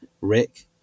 Rick